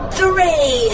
three